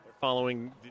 following